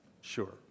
Sure